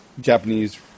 Japanese